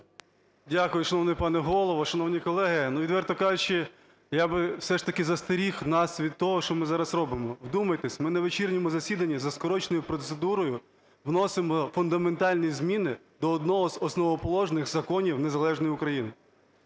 Дякую, шановний пане Голово, шановні колеги, ну, відверто кажучи, я би все ж таки застеріг нас від того, що ми зараз робимо. Вдумайтесь, ми на вечірньому засіданні за скороченою процедурою вносимо фундаментальні зміни до одного з основоположних законів незалежної України.